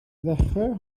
ddechrau